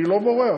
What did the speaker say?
אני לא בורח.